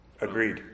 agreed